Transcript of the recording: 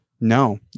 No